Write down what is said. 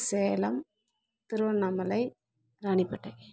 Salem Tiruvannamalai Ranipet